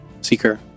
Seeker